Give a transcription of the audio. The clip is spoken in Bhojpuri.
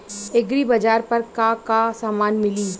एग्रीबाजार पर का का समान मिली?